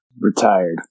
Retired